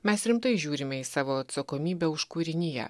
mes rimtai žiūrime į savo atsakomybę už kūriniją